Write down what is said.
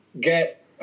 get